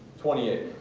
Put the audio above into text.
twenty eight.